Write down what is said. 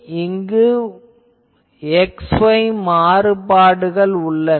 ஆகவே x y மாறுபாடுகள் உள்ளன